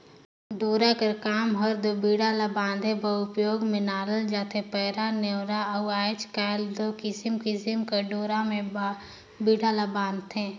डोरा कर काम हर दो बीड़ा ला बांधे बर उपियोग मे लानल जाथे पैरा, नेवार अउ आएज काएल दो किसिम किसिम कर डोरा मे बीड़ा ल बांधथे